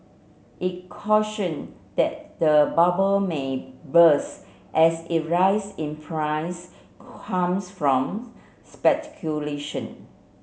it cautioned that the bubble may burst as it rise in price comes from speculation